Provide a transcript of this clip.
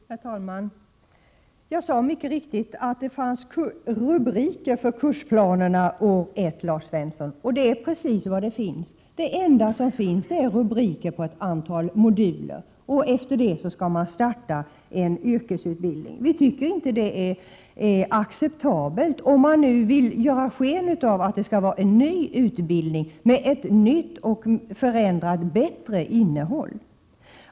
Herr talman! Jag sade mycket riktigt att det finns rubriker för kursplanerna år 1, Lars Svensson, och det är precis vad som finns. Det enda som finns är rubriker på ett antal moduler, och efter det skall man starta en yrkesutbildning! Detta tycker vi inte är acceptabelt när man vill ge sken av att det skall vara en ny utbildning med ett nytt och förbättrat innehåll.